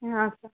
ಹಾಂ ಸರ್